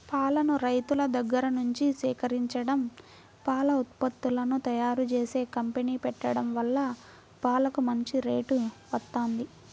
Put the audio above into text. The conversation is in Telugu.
పాలను రైతుల దగ్గర్నుంచి సేకరించడం, పాల ఉత్పత్తులను తయ్యారుజేసే కంపెనీ పెట్టడం వల్ల పాలకు మంచి రేటు వత్తంది